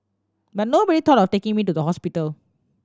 but nobody thought of taking me to the hospital